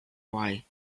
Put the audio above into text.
why